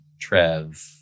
Trev